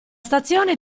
stazione